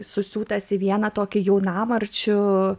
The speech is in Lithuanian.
susiūtas į vieną tokį jaunamarčių